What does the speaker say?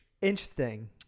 Interesting